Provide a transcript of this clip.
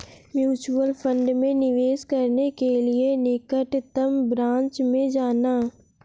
mutual fund में निवेश करने के लिए निकटतम ब्रांच में जाना